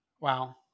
Wow